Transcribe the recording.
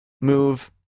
move